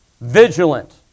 vigilant